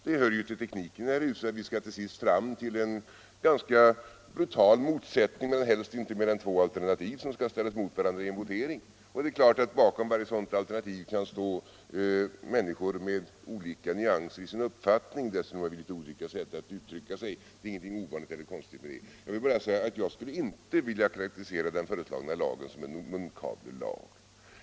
Det hör ju till tekniken för ärendebehandlingen i detta hus att vi till sist skall komma fram till en ganska brutal motsättning mellan helst inte fler än två alternativ, som skall ställas emot varandra i en votering. Det är ganska klart att det bakom varje sådant alternativ kan stå människor med olika nyanser i sin uppfattning och dessutom med litet olika sätt att uttrycka sig. Det är ingenting ovanligt eller konstigt med det. Jag vill dock inte karakterisera den föreslagna lagen som en munkavlelag.